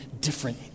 different